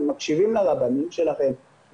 הם מקשיבים לרבנים שלכם,